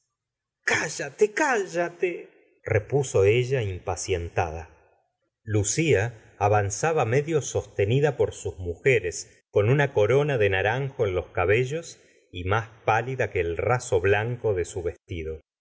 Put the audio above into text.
cállate cállate repuso impac ientada lucia avanzaba medio sostenida por sus mujeres con una corona de naranjo en los cabellos y más pálida que el raso blanco de su vestido